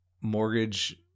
Mortgage